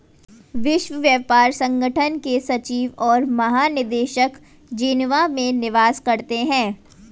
विश्व व्यापार संगठन के सचिव और महानिदेशक जेनेवा में निवास करते हैं